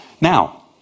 Now